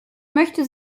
möchte